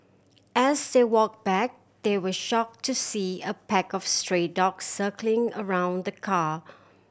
as they walk back they were shock to see a pack of stray dogs circling around the car